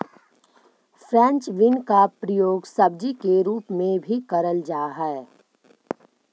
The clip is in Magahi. फ्रेंच बीन का प्रयोग सब्जी के रूप में भी करल जा हई